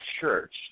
church